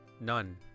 None